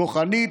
כוחנית.